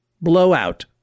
blowout